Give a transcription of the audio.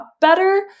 better